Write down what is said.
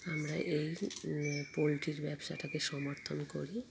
আমরা এই পোলট্রির ব্যবসাটাকে সমর্থন করি